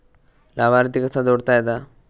लाभार्थी कसा जोडता येता?